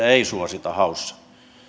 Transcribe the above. ei suosita haussa